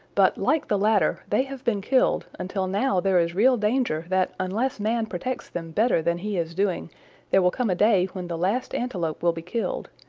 but like the latter they have been killed until now there is real danger that unless man protects them better than he is doing there will come a day when the last antelope will be killed,